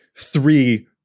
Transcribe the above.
three